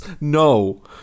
No